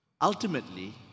Ultimately